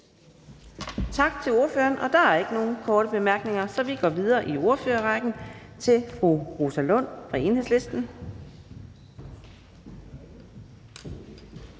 Tak til ordføreren. Der er ikke nogen korte bemærkninger, så vi går videre i ordførerrækken til hr. Christian